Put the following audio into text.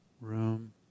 room